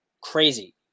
crazy